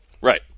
Right